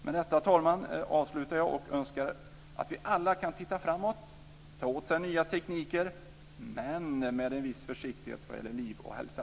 Med detta, fru talman, avslutar jag och önskar att vi alla kan titta framåt och ta åt oss nya tekniker men med en viss försiktighet när det gäller liv och hälsa.